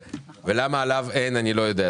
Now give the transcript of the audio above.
ולמה עליו אין אני לא יודע.